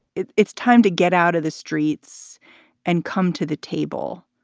it's it's time to get out of the streets and come to the table,